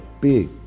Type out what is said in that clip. big